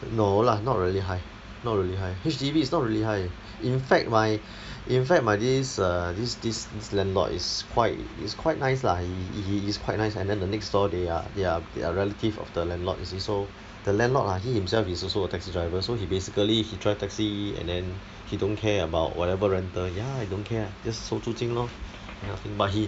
no lah not really high not really high H_D_B is not really high in fact my in fact my this uh this this this landlord is quite is quite nice lah he he he is quite nice and then the next door they are they are they are relative of the landlord you see so the landlord ah he himself is also a taxi driver so he basically he drive taxi and then he don't care about whatever rental ya he don't care [one] just 收租金 lor that kinda thing but he